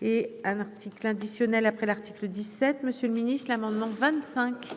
Et un article additionnel après l'article 17. Monsieur le Ministre, l'amendement 25.